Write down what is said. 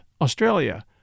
Australia